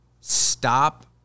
Stop